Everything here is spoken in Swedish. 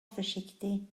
försiktig